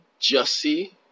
Jussie